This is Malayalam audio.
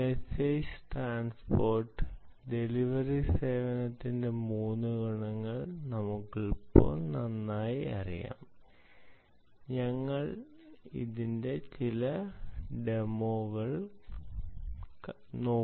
മെസ്സേജ് ട്രാൻസ്പോർട് ഡെലിവറി സേവനത്തിന്റെ 3 ഗുണങ്ങൾ നിങ്ങൾക്കിപ്പോൾ നന്നായി അറിയാം നമ്മൾ അതിന്റെ ചില ഡെമോ കണ്ടു